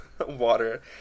water